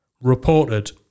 reported